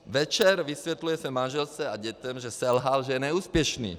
Večer vysvětluje své manželce a dětem, že selhal, že je neúspěšný.